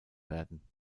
werden